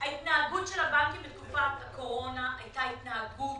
ההתנהגות של הבנקים בתקופת הקורונה הייתה התנהגות,